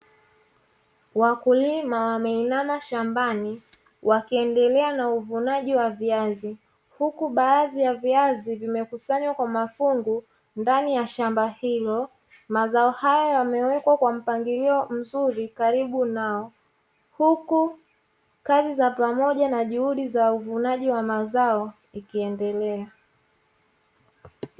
Wakulima wameinama shambani wakiendelea na uvunaji wa viazi, huku baadhi ya viazi vimekusanywa kwa mafungu ndani ya shamba hilo; mazao hayo yamewekwa kwa mpangilio mzuri karibu nao, huku kazi za pamoja na juhudi za uvunaji wa mazao zikiendelea.